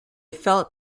felt